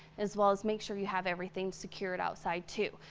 as well as make sure you have everything secured outside too.